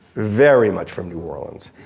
very much from new orleans.